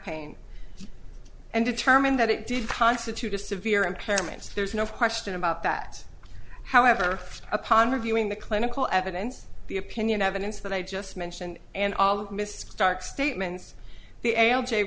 pain and determined that it did constitute a severe impairment there's no question about that however upon reviewing the clinical evidence the opinion evidence that i just mentioned and all missed stark statements the a